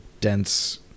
dense